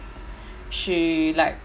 she like